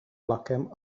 vlakem